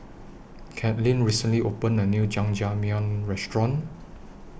Cathleen recently opened A New Jajangmyeon Restaurant